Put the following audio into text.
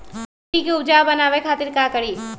मिट्टी के उपजाऊ बनावे खातिर का करी?